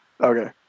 Okay